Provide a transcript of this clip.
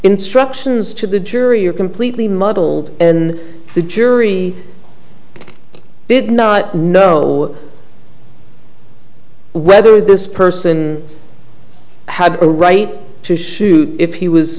instructions to the jury are completely muddled in the jury did not know whether this person had a right to shoot if he was